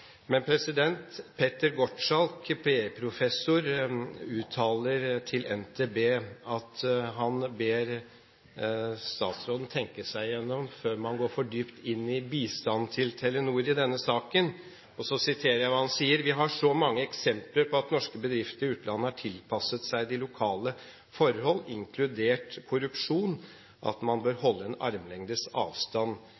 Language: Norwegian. Petter Gottschalk, BI-professor, uttaler til NTB at han ber statsråden tenke seg om før man går for dypt inn i bistand til Telenor i denne saken. Jeg siterer hva han sier: «Vi har så mange eksempler på at norske bedrifter i utlandet har tilpasset seg de lokale forholdene, inkludert korrupsjon.» Man bør